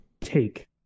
take